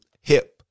hip